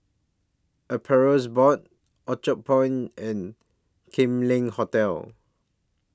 Appeals Board Orchard Point and Kam Leng Hotel